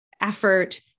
effort